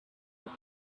were